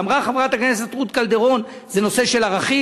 אמרה חברת הכנסת רות קלדרון שזה נושא של ערכים,